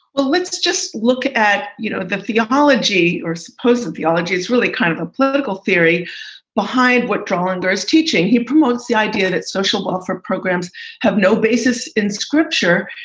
let's just look at you know the theology or supposed theology. it's really kind of a political theory behind what drawing there is teaching. he promotes the idea that social welfare programs have no basis in scripture.